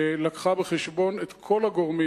שלקחה בחשבון את כל הגורמים,